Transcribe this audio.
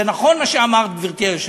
זה נכון מה שאמרת, גברתי היושבת-ראש.